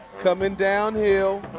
coming downhill.